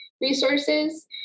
resources